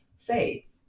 faith